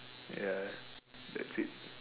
that's it